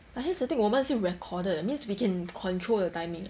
but here's the thing 我们的是 recorded 的 that means we can control the timing eh